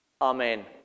Amen